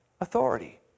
authority